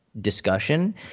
discussion